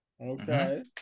Okay